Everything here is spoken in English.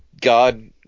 God